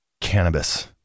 Cannabis